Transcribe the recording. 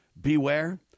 Beware